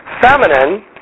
Feminine